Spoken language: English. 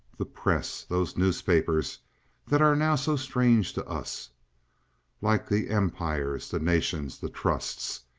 the press those newspapers that are now so strange to us like the empires, the nations, the trusts,